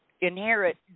inherit